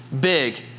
big